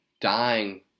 dying